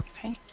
Okay